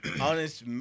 honest